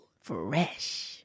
Fresh